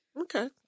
okay